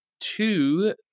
two